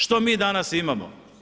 Što mi danas imamo?